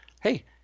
Hey